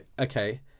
okay